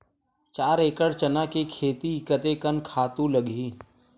चार एकड़ चना के खेती कतेकन खातु लगही?